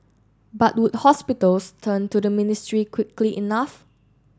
but would hospitals turn to the ministry quickly enough